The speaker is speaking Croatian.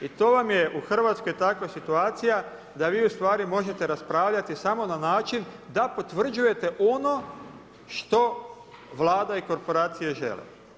I to vam je u Hrvatskoj takva situacija, da vi u stvari možete raspravljati samo na način da potvrđujete ono što Vlada i korporacije žele.